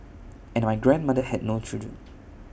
and my grandmother had no children